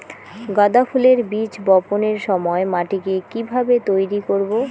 গাদা ফুলের বীজ বপনের সময় মাটিকে কিভাবে তৈরি করব?